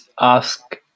ask